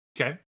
Okay